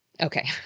Okay